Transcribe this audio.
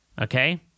okay